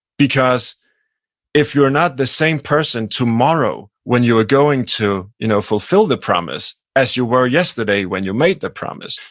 because if you're not the same person tomorrow when you're going to you know fulfill the promise as you were yesterday when you made the promise,